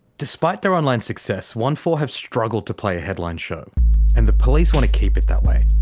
despite their online success onefour have struggled to play a headline show and the police want to keep it that way.